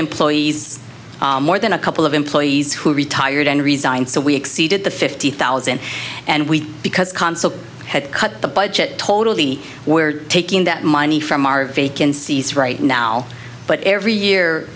employees more than a couple of employees who retired and resigned so we exceeded the fifty thousand and we because consul had cut the budget totally we're taking that money from our vacancies right now but every year